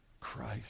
Christ